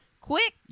quick